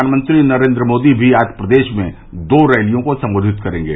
प्रधानमंत्री नरेन्द्र मोदी भी आज प्रदेश में दो रैलियों को संबोधित करेंगे